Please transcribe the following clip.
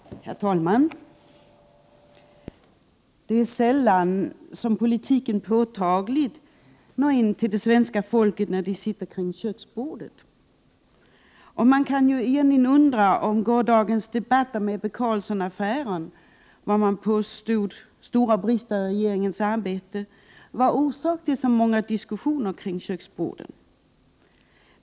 Herr talman! Det är sällan som politiken påtagligt når svenskarna när de sitter kring köksbordet. Man kan undra om gårdagens debatt om Ebbe Carlsson-affären och om av somliga påstådda stora brister i regeringens arbete orsakade många diskussioner kring köksborden.